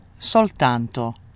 soltanto